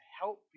help